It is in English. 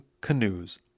canoes